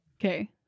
Okay